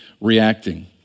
reacting